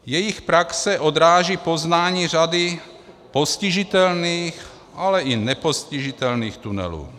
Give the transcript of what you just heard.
Jejich praxe odráží poznání řady postižitelných, ale i nepostižitelných tunelů.